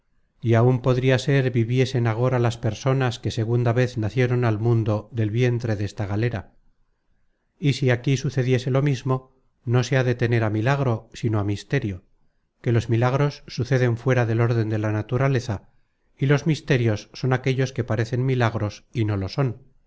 y áun podria ser viviesen agora las personas que segunda vez nacieron al mundo del vientre desta galera y si aquí sucediese lo mismo no se ha de tener á milagro sino á misterio que los milagros suceden fuera del orden de la naturaleza y los misterios son aquellos que parecen milagros y no lo son